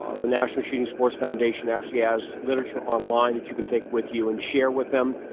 ah the national shooting sports foundation actually has literature online that you can take with you and share with them,